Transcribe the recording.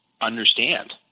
understand